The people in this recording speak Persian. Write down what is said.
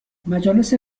مجالس